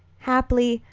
haply,